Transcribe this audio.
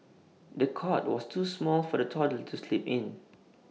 the cot was too small for the toddler to sleep in